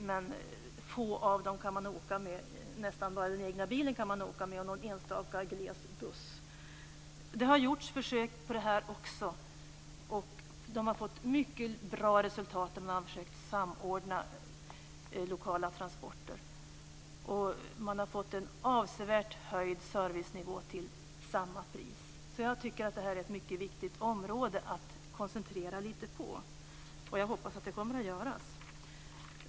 Man kan nästan bara åka med den egna bilen och med någon enstaka glesbygdsbuss. Man har gjort försök med samordning av lokala transporter och fått mycket bra resultat. Man har fått en avsevärt höjd servicenivå till oförändrad kostnad. Jag tycker att det här är ett mycket viktigt område, som man kan koncentrera sig lite på. Jag hoppas också att så kommer att ske.